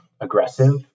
aggressive